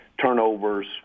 turnovers